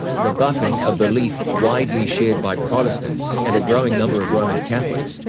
rebuffing a belief widely shared by protestants and a growing number of roman catholics,